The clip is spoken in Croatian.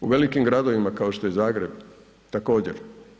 U velikim gradovima, kao što je Zagreb, također.